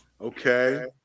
Okay